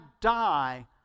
die